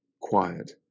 quiet